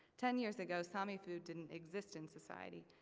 ten years ago sami food didn't exist in society.